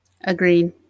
Agreed